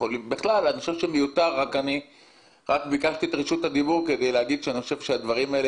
אני ביקשתי את רשות הדיבור כדי להגיד שאני חושב שהדברים האלה